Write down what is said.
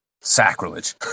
Sacrilege